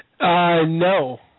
No